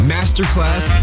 Masterclass